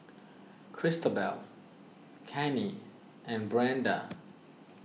Cristobal Cannie and Brenda